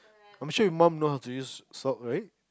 I'm sure your mum know how to use salt right